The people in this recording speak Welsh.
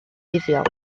fuddiol